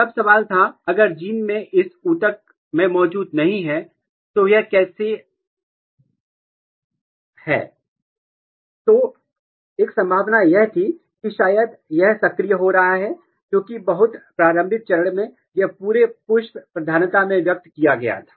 तब सवाल था अगर जीन इस ऊतक में मौजूद नहीं है तो यह कैसे आर है तो एक संभावना यह थी कि शायद यह सक्रिय हो रहा है क्योंकि बहुत प्रारंभिक चरण में यह पूरे पुष्प प्रधानता में व्यक्त किया गया था